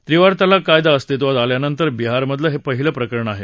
त्रिवार तलाक कायदा अस्तित्त्वात आल्या नंतर बिहार मधलं हे पहिला प्रकरण आहे